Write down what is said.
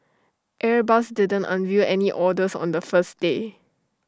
airbus didn't unveil any orders on the first day